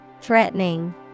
Threatening